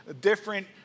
different